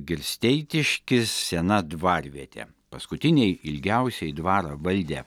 girsteitiškis sena dvarvietė paskutiniai ilgiausiai dvarą valdę